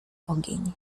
ogień